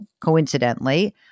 coincidentally